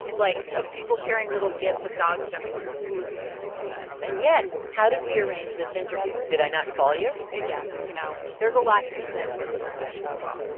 like, of people sharing little gifts of dogs jumping through hula hoops and things like that and yet how did we arrange this interview? did i not call you? and yeah. you know, there's a lot to be said for a good old-fashioned phone call